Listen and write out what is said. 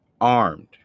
armed